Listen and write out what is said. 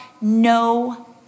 no